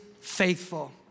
faithful